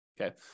okay